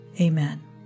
Amen